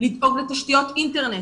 לדאוג לתשתיות אינטרנט,